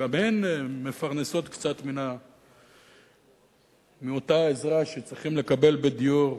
שגם הן מפרנסות קצת מאותה עזרה שצריכים לקבל בדיור?